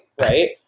Right